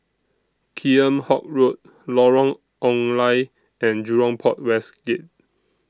Kheam Hock Road Lorong Ong Lye and Jurong Port West Gate